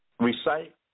Recite